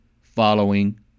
following